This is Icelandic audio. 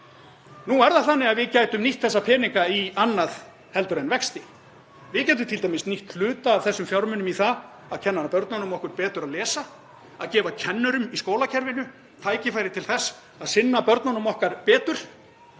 Evrópulandanna. Við gætum nýtt þessa peninga í annað en vexti. Við gætum t.d. nýtt hluta af þessum fjármunum í það að kenna börnunum okkar betur að lesa, í að gefa kennurum í skólakerfinu tækifæri til þess að sinna börnunum okkar betur.